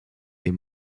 est